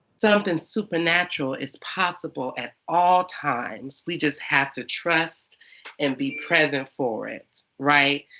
something supernatural is possible at all times. we just have to trust and be present for it. right?